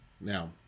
Now